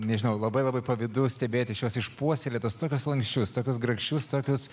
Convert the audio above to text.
nežinau labai labai pavydu stebėti šiuos išpuoselėtus tokius lanksčius tokius grakščius tokius